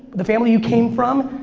the family you came from?